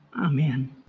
amen